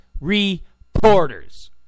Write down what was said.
reporters